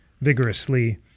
vigorously